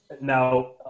Now